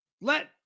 Let